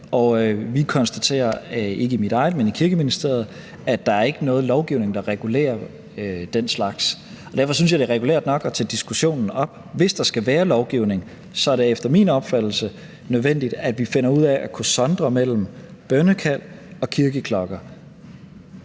vi konstaterer – ikke i mit eget ministerium, men i Kirkeministeriet – at der ikke er nogen lovgivning, der regulerer den slags, og derfor synes jeg, det er regulært nok at tage diskussionen op. Hvis der skal være en lovgivning, er det efter min opfattelse nødvendigt, at vi finder ud af at kunne sondre mellem bønnekald og kirkeklokker,